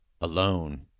alone